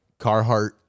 Carhartt